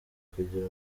kugira